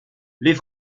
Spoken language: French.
les